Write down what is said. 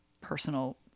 personal